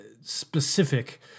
specific